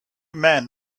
men